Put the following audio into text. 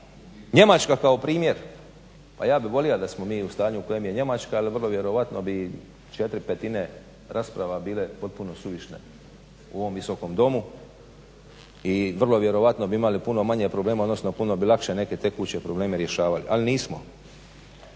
Njemačka kao primjer, pa ja bih volija da smo mi u stanju u kojem je Njemačka. Ali vrlo vjerojatno bi četiri petine rasprava bile potpuno suvišne u ovom Visokom domu i vrlo vjerojatno bi imali puno manje problema, odnosno puno bi lakše neke tekuće probleme rješavali ali nismo.